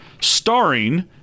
starring